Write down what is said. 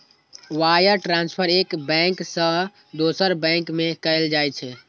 wire transfer एक bank सं दोसर बैंक में कैल जाइ छै